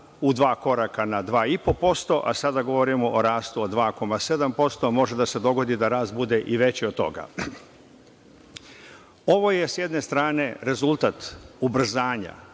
u dva koraka na 2,5%, a sada govorimo o rastu od 2,7%, a može da se dogodi da rast bude i veći od toga. Ovo je, sa jedne strane, rezultat ubrzanja